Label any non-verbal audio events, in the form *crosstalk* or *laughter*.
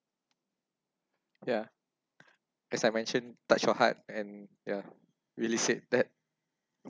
ya *breath* as I mentioned touch your heart and yeah really said that